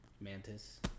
mantis